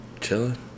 Chilling